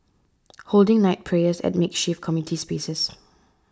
holding night prayers at makeshift community spaces